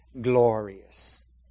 glorious